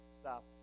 stop